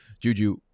Juju